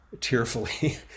tearfully